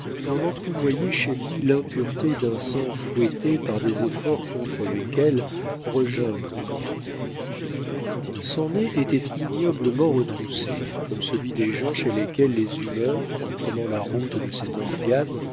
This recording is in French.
l'on entrevoyait chez lui l'impureté d'un sang fouetté par des efforts contre lesquels regimbe le corps son nez était ignoblement retroussé comme celui des gens chez lesquels les humeurs en prenant la route de cet organe